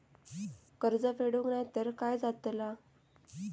कर्ज फेडूक नाय तर काय जाताला?